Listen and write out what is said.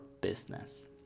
business